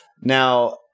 Now